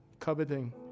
Coveting